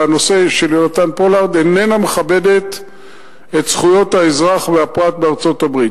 בנושא של יונתן פולארד איננה מכבדת את זכויות האזרח והפרט בארצות-הברית.